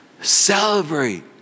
Celebrate